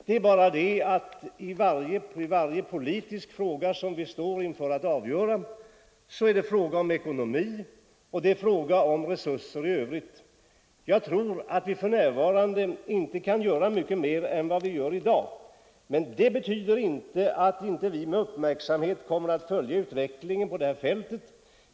Det är bara det att i varje politiskt beslut som vi skall fatta är det fråga om ekonomi och om resurser i övrigt. Men jag tror att vi för närvarande inte kan göra mycket mer än vad vi gör i dag. Det betyder dock inte att vi inte med uppmärksamhet kommer att följa utvecklingen på detta fält.